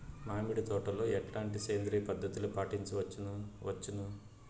మామిడి తోటలో ఎట్లాంటి సేంద్రియ పద్ధతులు పాటించవచ్చును వచ్చును?